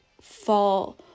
fall